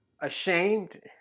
ashamed